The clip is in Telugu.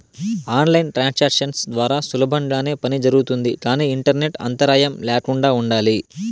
ఆన్ లైన్ ట్రాన్సాక్షన్స్ ద్వారా సులభంగానే పని జరుగుతుంది కానీ ఇంటర్నెట్ అంతరాయం ల్యాకుండా ఉండాలి